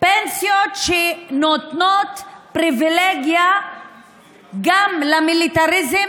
פנסיות שנותנות פריבילגיה גם למיליטריזם